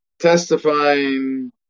Testifying